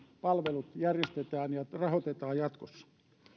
palvelut järjestetään ja rahoitetaan jatkossa